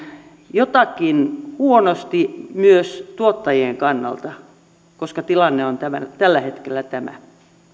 jotakin huonosti myös tuottajien kannalta koska tilanne on tällä hetkellä tämä